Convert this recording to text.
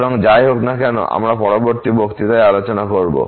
সুতরাং যাই হোক না কেন আমরা পরবর্তী বক্তৃতায় আলোচনা করব